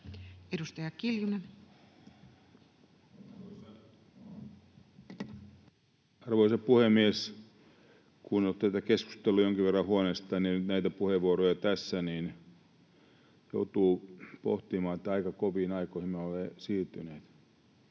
Edustaja Kiljunen. Arvoisa puhemies! Kun olen kuunnellut tätä keskustelua jonkin verran huoneestani ja nyt näitä puheenvuoroja tässä, niin joutuu pohtimaan, että aika koviin aikoihin me olemme siirtyneet.